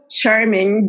charming